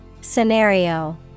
Scenario